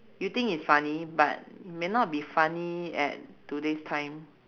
you think it's funny but may not be funny at today's time